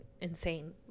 insane